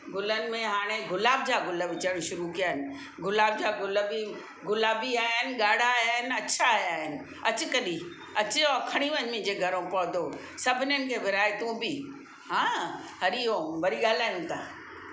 गुलनि में हाणे गुलाब जा गुल विझण शुरू कया आहिनि गुलाब जा गुल बि गुलाबी आया आहिनि ॻारा आया आहिनि अछा आया आहिनि अचि कॾहिं अचि ऐं खणी वञ मुंहिंजे घरो पौधो सभिनीनि खे विरहाए तू बि हा हरिओम वरी ॻाल्हायूं था